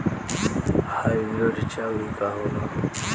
Hybrid चाउर का होला?